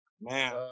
Man